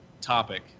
topic